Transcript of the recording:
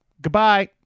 goodbye